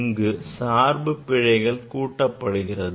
இங்கு சார்பு பிழைகள் கூட்டப்படுகிறது